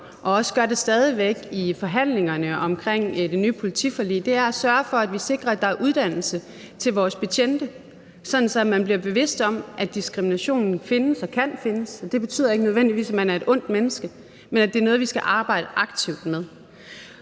for længe og stadig gør i forhandlingerne omkring det nye politiforlig, nemlig at sørge for, at vi sikrer, at der er uddannelse til vores betjente, sådan at man bliver bevidst om, at diskriminationen findes og kan findes. Det betyder ikke nødvendigvis, at man er et ondt menneske, men at det er noget, vi skal arbejde aktivt med.